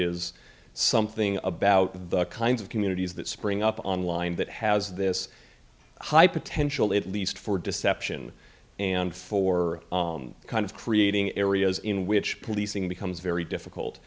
is something about the kinds of communities that spring up online that has this high potential at least for deception and for kind of creating areas in which policing becomes very difficult